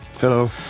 Hello